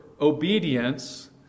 obedience